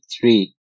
three